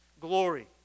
glory